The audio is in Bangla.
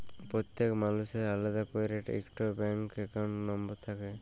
প্যত্তেক মালুসের আলেদা ক্যইরে ইকট ব্যাংক একাউল্ট লম্বর থ্যাকে